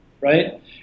right